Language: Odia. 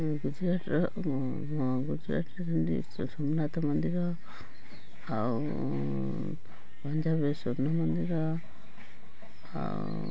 ଗୁଜରାଟର ଗୁଜରାଟର ସୋମନାଥ ମନ୍ଦିର ଆଉ ପଞ୍ଜାବରେ ସ୍ଵର୍ଣ୍ଣ ମନ୍ଦିର ଆଉ